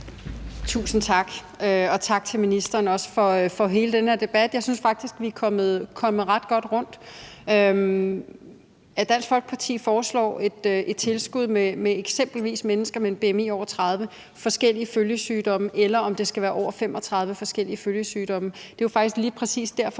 Tusind tak, og også tak til ministeren for hele den her debat. Jeg synes faktisk, vi er kommet ret godt rundt om det. At Dansk Folkeparti foreslår et tilskud til eksempelvis mennesker med et bmi på over 30 og forskellige følgesygdomme, eller at det måske skal være med et bmi på over 35 og forskellige følgesygdomme, er jo faktisk lige præcis derfor,